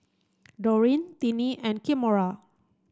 Dorene Tinnie and Kimora